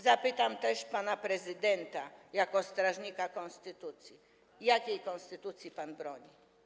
Zapytam też pana prezydenta jako strażnika konstytucji: Jakiej konstytucji pan broni?